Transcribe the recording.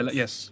yes